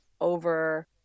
over